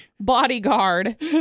bodyguard